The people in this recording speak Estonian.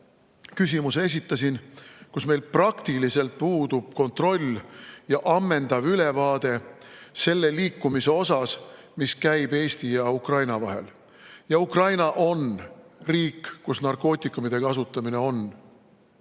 küsimuse esitasin –, kus meil praktiliselt puudub kontroll ja ammendav ülevaade selle liikumise kohta, mis käib Eesti ja Ukraina vahel. Ja Ukraina on riik, kus narkootikumide kasutamine on